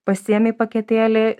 pasiėmei paketėlį